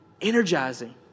Energizing